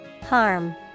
Harm